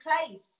place